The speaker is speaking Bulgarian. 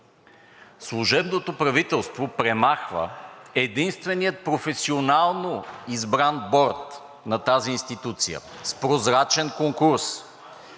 Служебното правителство премахва единствения професионално избран борд на тази институция с прозрачен конкурс,